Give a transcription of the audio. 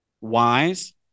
wise